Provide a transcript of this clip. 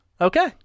Okay